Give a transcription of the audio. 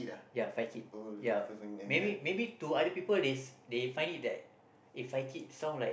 ya Fai kid ya maybe maybe to other people they find it that eh Fai kid sound like